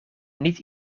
niet